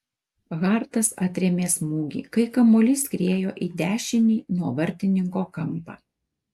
hartas atrėmė smūgį kai kamuolys skriejo į dešinį nuo vartininko kampą